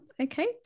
Okay